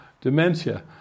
dementia